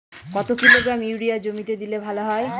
কত kilogram urea জমিতে দিলে ভালো হয়?